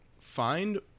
Find